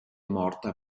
morta